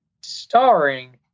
starring